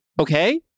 Okay